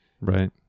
right